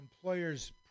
Employers